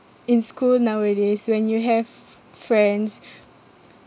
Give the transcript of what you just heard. in school nowadays when you have friends